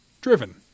driven